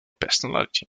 personality